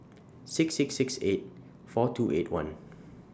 six six six eight four two eight one